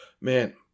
man